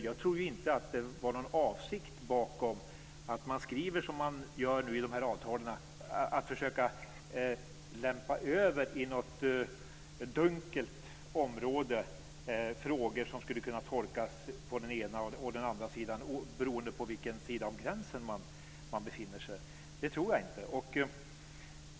Jag tror inte att avsikten bakom det man skriver i avtalen är att försöka lämpa över frågor i något dunkelt område, frågor som skulle kunna tolkas olika av den ena eller den andra sidan, beroende på vilken sida av gränsen man befinner sig. Det tror jag inte.